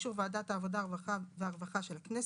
ובאישור ועדת העבודה הרווחה והבריאות של הכנסת,